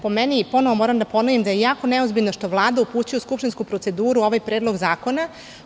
Po meni, ponovo moram da ponovim, jako je neozbiljno što Vlada upućuje u skupštinsku proceduru ovaj predlog zakona.